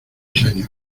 señor